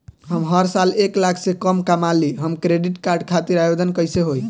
हम हर साल एक लाख से कम कमाली हम क्रेडिट कार्ड खातिर आवेदन कैसे होइ?